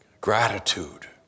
gratitude